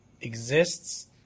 exists